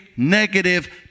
negative